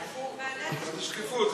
מה זה שקיפות?